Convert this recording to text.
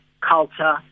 culture